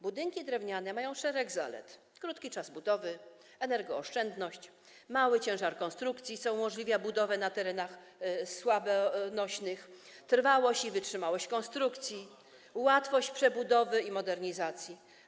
Budynki drewniane mają szereg zalet: krótki czas budowy, energooszczędność, mały ciężar konstrukcji, co umożliwia budowę na terenach słabonośnych, trwałość i wytrzymałość konstrukcji, łatwość przebudowy i modernizacji.